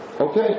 Okay